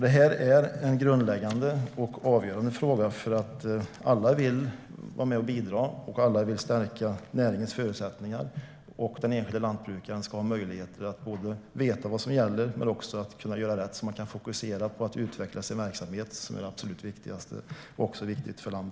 Det är en grundläggande och avgörande fråga, för alla vill vara med och bidra och stärka näringens förutsättningar. Den enskilde lantbrukaren ska ha möjlighet att både veta vad som gäller och kunna göra rätt så att denne kan fokusera på att utveckla sin verksamhet, vilket är det absolut viktigaste. Det är också viktigt för landet.